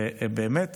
ואני באמת